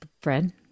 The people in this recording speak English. Fred